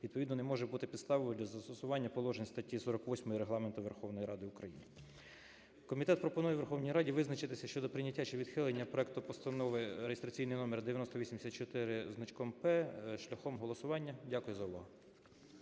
відповідно не може бути підставою для застосування положень статті 48 Регламенту Верховної Ради України. Комітет пропонує Верховній Раді визначитись щодо прийняття чи відхилення проекту постанови (реєстраційний номер 9084 зі значком П) шляхом голосування. Дякую за увагу.